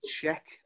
check